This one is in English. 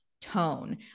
tone